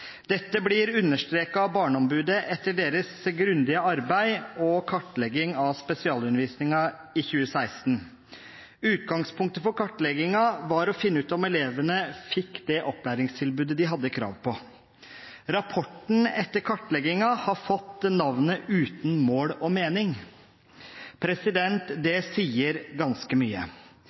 Dette blir understreket av Barneombudet, etter deres grundige arbeid og kartlegging av spesialundervisningen i 2016. Utgangspunktet for kartleggingen var å finne ut om elevene fikk det opplæringstilbudet de hadde krav på. Rapporten etter kartleggingen har fått navnet «Uten mål og mening?» Det sier ganske mye.